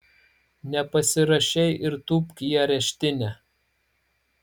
nepasirašei ir tūpk į areštinę